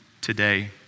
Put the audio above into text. today